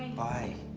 bye.